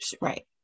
right